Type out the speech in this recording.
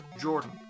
Jordan